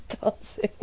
dancing